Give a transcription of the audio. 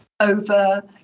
over